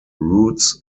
roots